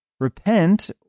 Repent